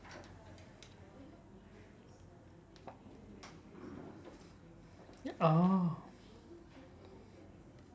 oh